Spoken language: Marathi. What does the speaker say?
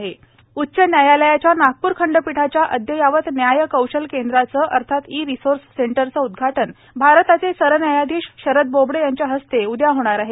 ई रिसोर्स सेंटर उच्च न्यायालयाच्या नागपूर खंडपीठाच्या अधयावत न्याय कौशल केंद्राचे अर्थात ई रिसोर्स सेंटरचे उद्घाटन भारताचे सरन्यायाधीश शरद बोबडे यांच्या हस्ते उद्या होणार आहे